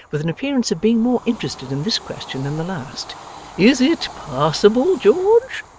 with an appearance of being more interested in this question than the last is it passable, george